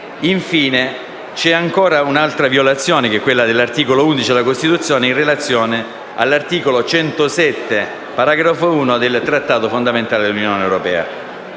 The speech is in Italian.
Infine, c'è ancora un'altra violazione, quella dell'articolo 11 della Costituzione, in relazione all'articolo 107, paragrafo 1, del Trattato fondamentale dell'Unione europea.